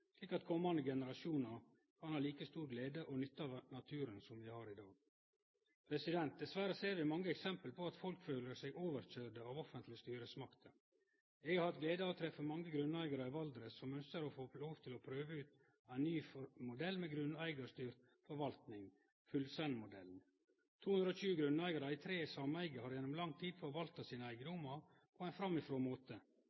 slik at kommande generasjonar kan ha like stor glede og nytte av naturen som vi har i dag. Dessverre ser vi mange eksempel på at folk føler seg overkøyrde av offentlege styresmakter. Eg har hatt gleda av å treffe mange grunneigarar i Valdres som ønskjer å få lov til å prøve ut ein ny modell med grunneigarstyrt forvaltning, Fullsenn-modellen. 220 grunneigarar i tre sameige har gjennom lang tid forvalta sine